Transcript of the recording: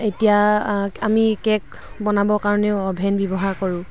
এতিয়া আমি কেক বনাব কাৰণেও অ'ভেন ব্যৱহাৰ কৰোঁ